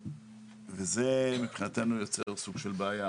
זה מבחינתנו יוצר סוג של בעיה.